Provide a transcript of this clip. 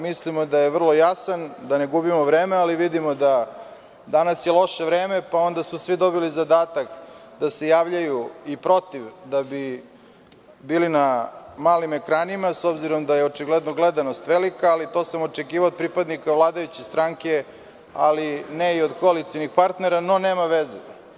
Mislimo da je vrlo jasan, da ne gubimo vreme, ali vidimo da je danas loše vreme, pa su svi dobili zadatak da se javljaju i protiv, da bi bili na malim ekranima, s obzirom da je očigledno gledanost velika, ali to sam očekivao od pripadnika vladajuće stranke, ali ne i od koalicionih partnera, no nema veze.